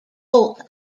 bolt